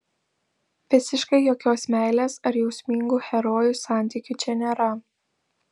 visiškai jokios meilės ar jausmingų herojų santykių čia nėra